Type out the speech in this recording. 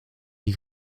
die